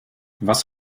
was